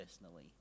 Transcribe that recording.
personally